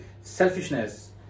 selfishness